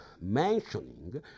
mentioning